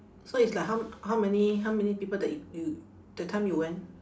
so it's like how how many how many people that y~ you that time you went